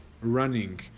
running